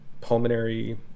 pulmonary